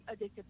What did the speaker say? addictive